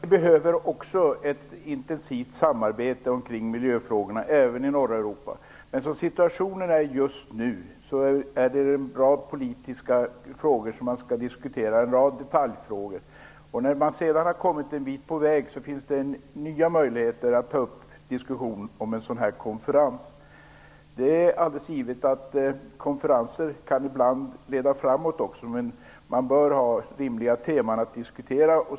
Herr talman! Jag tror också att vi behöver ett intensivt samarbete kring miljöfrågorna även i norra Europa. Men som situationen är just nu finns det en rad politiska frågor, detaljfrågor, som man skall diskutera. När man har kommit en bit på väg finns det nya möjligheter att ta upp diskussionen om en nordeuropeisk miljökonferens. Det är alldeles givet att konferenser ibland kan leda framåt, men man bör ha rimliga teman att diskutera.